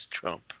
Trump